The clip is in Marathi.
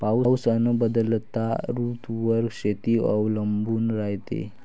पाऊस अन बदलत्या ऋतूवर शेती अवलंबून रायते